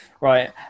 right